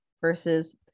versus